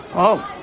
oh,